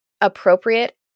appropriate